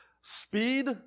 speed